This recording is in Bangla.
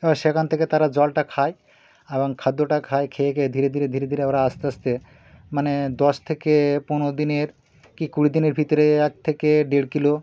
এবার সেখান থেকে তারা জলটা খায় এবং খাদ্যটা খায় খেয়ে খেয়ে ধীরে ধীরে ধীরে ধীরে ওরা আস্তে আস্তে মানে দশ থেকে পনেরো দিনের কি কুড়ি দিনের ভিতরে এক থেকে দেড় কিলো